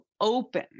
open